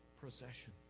procession